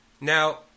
Now